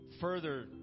further